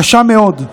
קשה מאוד.